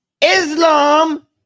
Islam